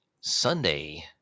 Sunday